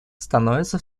становится